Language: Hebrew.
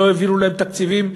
לא העבירו להם תקציבים.